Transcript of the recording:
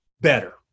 better